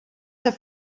have